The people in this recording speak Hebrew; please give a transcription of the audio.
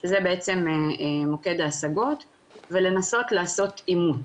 שזה בעצם מוקד ההשגות ולנסות לעשות אימות.